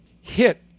hit